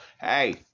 Hey